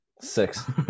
Six